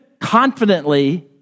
confidently